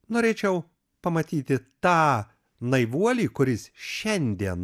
norėčiau pamatyti tą naivuolį kuris šiandien